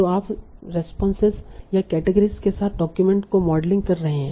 तो आप रेस्पोंसेस या केटेगरीस के साथ डाक्यूमेंट्स को मॉडलिंग कर रहे हैं